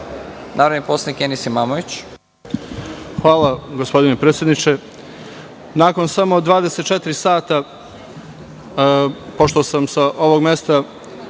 Imamović. **Enis Imamović** Hvala, gospodine predsedniče. Nakon samo 24 sata, pošto sam sa ovog mesta